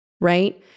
right